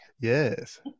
Yes